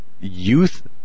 youth